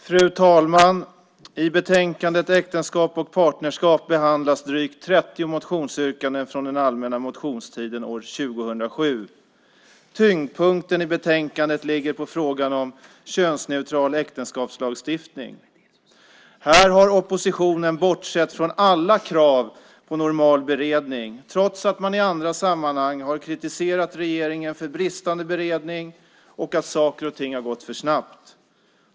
Fru talman! I betänkandet Äktenskap och partnerskap behandlas drygt 30 motionsyrkanden från den allmänna motionstiden år 2007. Tyngdpunkten i betänkandet ligger på frågan om könsneutral äktenskapslagstiftning. Här har oppositionen bortsett från alla krav på normal beredning, trots att man i andra sammanhang har kritiserat regeringen för bristande beredning och att saker och ting har gått för snabbt.